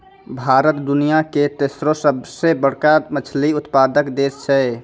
भारत दुनिया के तेसरो सभ से बड़का मछली उत्पादक देश छै